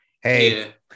hey